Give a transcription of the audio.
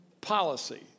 policy